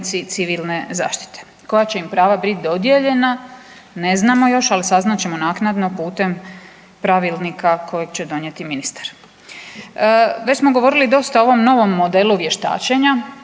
civilne zaštite. Koja će im prava biti dodijeljena ne znamo još, ali saznat ćemo naknadno putem pravilnika kojeg će donijeti Ministar. Već smo govorili dosta o ovom novom modelu vještačenja.